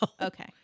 Okay